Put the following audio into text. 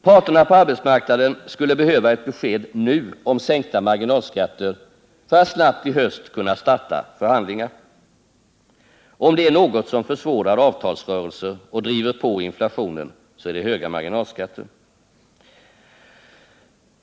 Parterna på arbetsmarknaden skulle behöva ett besked nu om sänkta marginalskatter för att snabbt i höst kunna starta förhandlingar. Om det är något som försvårar avtalsrörelser och driver på inflationen, så är det höga marginalskatter.